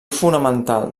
fonamental